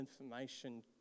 information